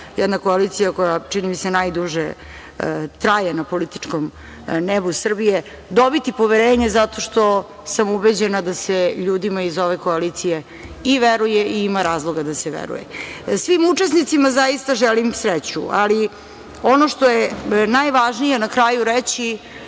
jedna koalicija koja, čini mi se, najduže traje na političkom nebu Srbije, dobiti poverenje, zato što sam ubeđena da se ljudima iz ove koalicije i veruje i ima razloga da se veruje. Svim učesnicima zaista želim sreću. Ono što je najvažnije na kraju reći